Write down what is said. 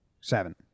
seven